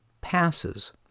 passes